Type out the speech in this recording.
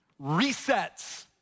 resets